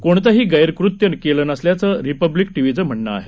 कोणतंही गैरकृत्य केलं नसल्याचं रिपब्लिक टीव्हीचं म्हणणं आहे